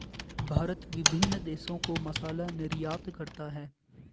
भारत विभिन्न देशों को मसाला निर्यात करता है